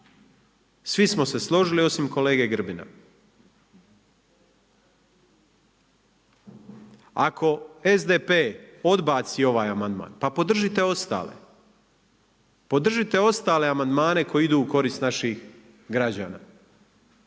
Svi smo se složili osim kolege Grbina. Ako SDP odbaci ovaj amandman, pa podržite ostale. Podržite ostale amandmane koji idu na korist naših građana.